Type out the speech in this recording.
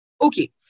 Okay